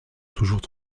toujours